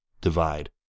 divide